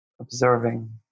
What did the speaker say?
observing